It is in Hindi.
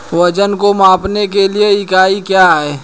वजन को मापने के लिए इकाई क्या है?